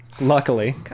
luckily